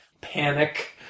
panic